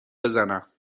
بزنم